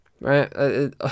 right